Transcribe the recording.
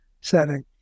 setting